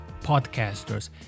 podcasters